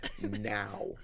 now